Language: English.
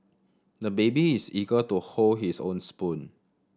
the baby is eager to hold his own spoon